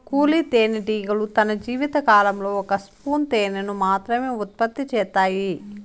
కూలీ తేనెటీగలు తన జీవిత కాలంలో ఒక స్పూను తేనెను మాత్రమె ఉత్పత్తి చేత్తాయి